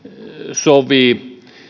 sovi